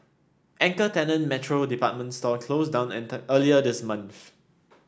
anchor tenant Metro department store closed down earlier this month